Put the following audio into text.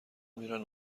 میرن